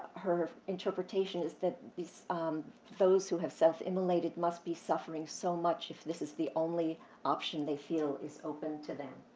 her interpretation is that those who have self-immolated must be suffering so much if this is the only option they feel is open to them.